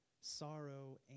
sorrow